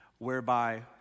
whereby